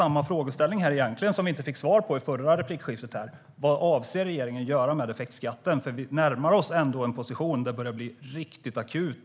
Min frågeställning är egentligen exakt densamma som inte fick något svar i den förra frågan: Vad avser regeringen att göra med effektskatten, eftersom vi närmar oss en position där det börjar bli riktigt akut?